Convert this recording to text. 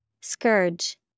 Scourge